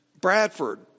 Bradford